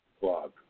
blog